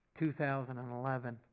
2011